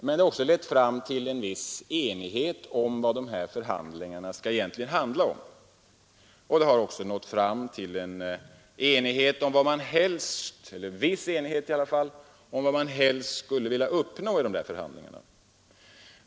Men den har också lett fram till en viss enighet om vad dessa förhandlingar egentligen skall gälla och en viss enighet om vad man helst skulle vilja uppnå i förhandlingarna.